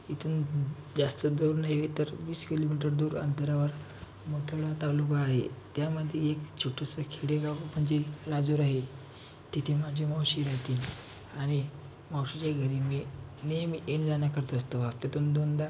इथून जास्त दूर नाही आहे तर वीस किलोमीटर दूर अंतरावर मोथळा तालुका आहे त्यामध्ये एक छोटूसं खेडेगाव म्हणजे राजूर आहे तिथे माझी मावशी रहाते आणि मावशीच्या घरी मी नेहमी येणंजाणं करत असतो हफ्त्यातून दोनदा